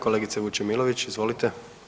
Kolegice Vučemilović, izvolite.